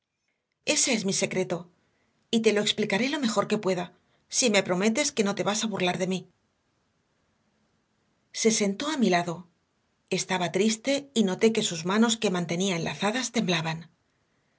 ese es mi secreto y te lo explicaré lo mejor que pueda si me prometes que no te vas a burlar de mí se sentó a mi lado estaba triste y noté que sus manos que mantenía enlazadas temblaban